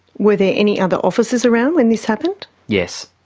were there any other officers around when this happened? yes.